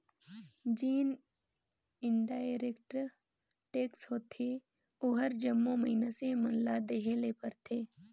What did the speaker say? जेन indirect tax होथे ओहर जम्मो मइनसे मन ल देहे ले परथे